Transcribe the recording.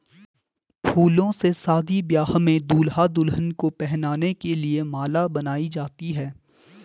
फूलों से शादी ब्याह में दूल्हा दुल्हन को पहनाने के लिए माला बनाई जाती है